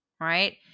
Right